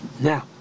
Now